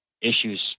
issues